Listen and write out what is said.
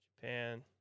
Japan